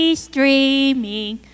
streaming